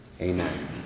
Amen